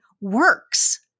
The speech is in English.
works